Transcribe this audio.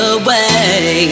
away